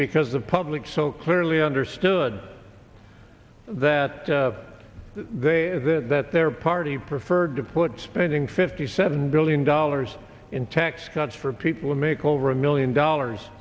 because the public so clearly understood that they that their party preferred to put spending fifty seven billion dollars in tax cuts for people make over a million dollars